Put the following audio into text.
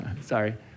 sorry